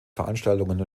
veranstaltungen